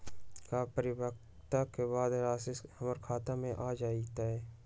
का परिपक्वता के बाद राशि हमर खाता में आ जतई?